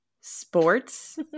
sports